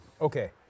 Okay